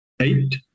Eight